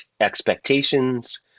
expectations